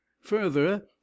Further